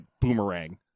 boomerang